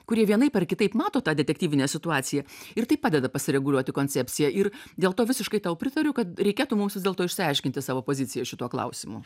kurie vienaip ar kitaip mato tą detektyvinę situaciją ir tai padeda pasireguliuoti koncepciją ir dėl to visiškai tau pritariu kad reikėtų mums vis dėlto išsiaiškinti savo poziciją šituo klausimu